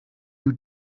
you